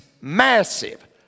massive